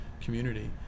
community